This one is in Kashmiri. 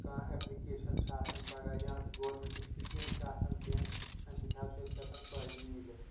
کانٛہہ اٮ۪پلِکیشَن چھِ آسان پَگاہ یا گورمٮ۪نٛٹٕچ سِکیٖم چھِ آسان کیٚنٛہہ اَمہِ سۭتۍ حظ چھُ اَسہِ ہٮ۪کان فٲہدٕ میٖلِھ